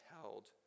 held